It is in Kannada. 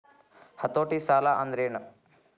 ಹತೋಟಿ ಸಾಲಾಂದ್ರೆನ್?